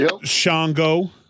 Shango